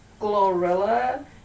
Glorilla